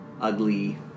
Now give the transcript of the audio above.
ugly